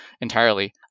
entirely